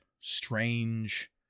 strange